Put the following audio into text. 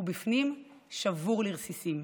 ובפנים, שבור לרסיסים.